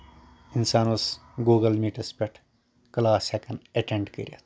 اِنسان اوس Google meets پٮ۪ٹھ کٕلاس ہٮ۪کان ایٚٹینٛڈ کٔرِتھ